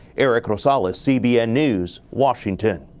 erik rosales, cbn news, washington.